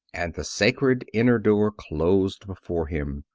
and the sacred inner door closed before him,